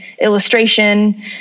illustration